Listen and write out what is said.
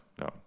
no